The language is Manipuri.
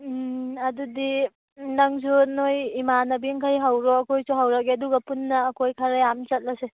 ꯎꯝ ꯑꯗꯨꯗꯤ ꯅꯪꯁꯨ ꯅꯣꯏ ꯏꯃꯥꯅꯕꯤꯃꯈꯩ ꯍꯧꯔꯣ ꯑꯩꯈꯣꯏꯁꯨ ꯍꯧꯔꯒꯦ ꯑꯗꯨꯒ ꯄꯨꯟꯅ ꯑꯩꯈꯣꯏ ꯈꯔ ꯌꯥꯝꯅ ꯆꯠꯂꯁꯦ